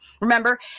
Remember